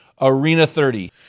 ARENA30